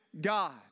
God